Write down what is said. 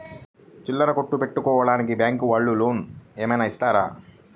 చిల్లర కొట్టు పెట్టుకోడానికి బ్యాంకు వాళ్ళు లోన్ ఏమైనా ఇస్తారా?